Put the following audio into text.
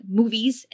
movies